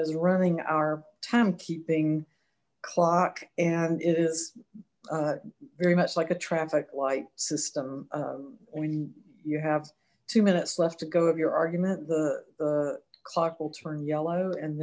is running our time keeping clock and it is very much like a traffic light system when you have two minutes left to go of your argument the clock will turn yellow and